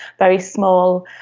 very small.